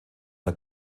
der